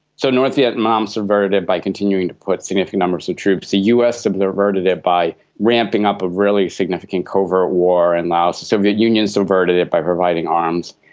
so north vietnam subverted it by continuing to put significant numbers of troops. the us subverted it by ramping up a really significant covert war in laos. the soviet union subverted it by providing arms.